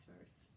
first